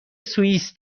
سوئیس